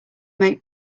make